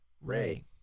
Ray